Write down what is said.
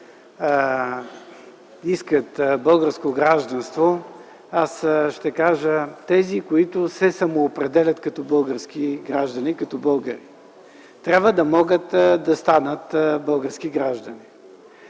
искат българско гражданство (ще кажа тези, които се самоопределят като български граждани, като българи), да могат да станат български граждани.